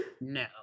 no